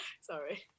Sorry